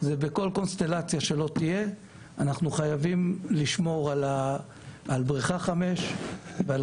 בכל קונסטלציה שלא תהיה אנחנו חייבים לשמור על בריכה 5 ועל